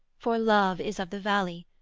for love is of the valley,